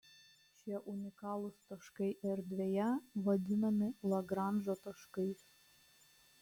šie unikalūs taškai erdvėje vadinami lagranžo taškais